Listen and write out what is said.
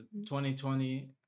2020